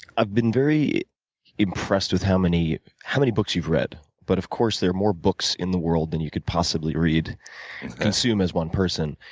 i've been very impressed with how many how many books you've read. but of course, there are more books in the world than you could possibly read and consume as one person.